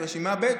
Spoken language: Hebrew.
ורשימה ב',